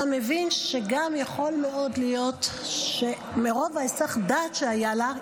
אתה מבין שיכול מאוד להיות שמרוב היסח הדעת שהיה לה,